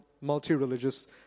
multi-religious